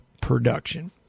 production